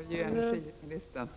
Fru talman!